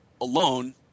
alone